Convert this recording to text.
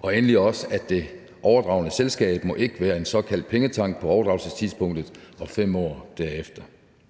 og endelig også, at det overdragne selskab ikke må være en såkaldt pengetank på overdragelsestidspunktet og 5 år derefter.